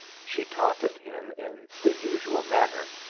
she taunted him in the usual manner,